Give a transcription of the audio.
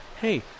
hey